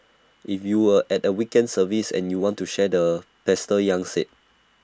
if you were at the weekend service and you want to share the pastor yang said